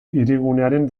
hirigunearen